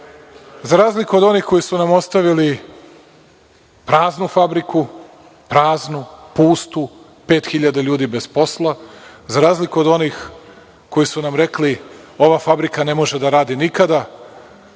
za razliku od onih koji su nam ostavili praznu fabriku, pustu, 5.000 ljudi bez posla, za razliku od onih koji su nam rekli – ova fabrika ne može da radi nikada,